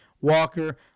Walker